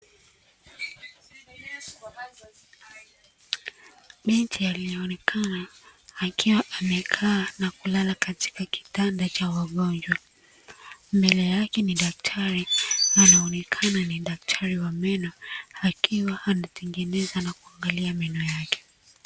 Binti aliyeonekana akiwa amekaa na kulala katika kitanda cha wagonjwa, mbele yake ni daktari anaonekana ni daktari wa meno akiwa anatengeneza na kuangalia meno yake.